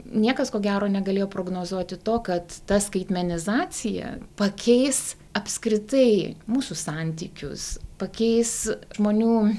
niekas ko gero negalėjo prognozuoti to kad ta skaitmenizacija pakeis apskritai mūsų santykius pakeis žmonių